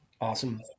Awesome